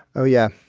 oh yeah.